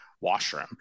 washroom